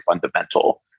fundamental